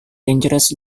dangerous